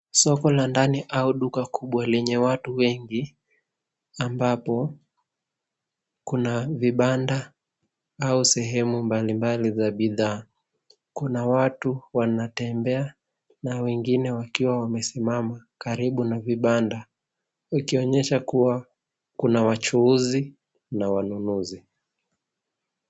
Soko la ndani au duka kubwa lenye watu wengi ambapo kuna vibanda au sehemu mbalimbali za bidhaa. Kuna watu wanatembea na wengine wakiwa wamesimama karibu na vibanda ikionyesha kuwa kuna wachuuzi na wanunuzi.